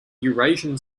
eurasian